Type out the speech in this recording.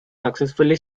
successfully